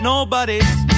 Nobody's